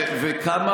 וכמה